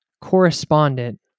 correspondent